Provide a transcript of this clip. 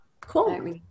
Cool